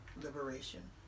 liberation